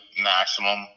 maximum